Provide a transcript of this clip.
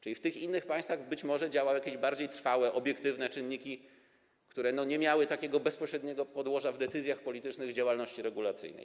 Czyli w tych innych państwach być może działały jakieś bardziej trwałe, obiektywne czynniki, które nie miały takiego bezpośredniego podłoża w decyzjach politycznych i działalności regulacyjnej.